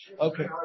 Okay